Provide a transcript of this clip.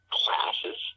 classes